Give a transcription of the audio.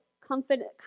confident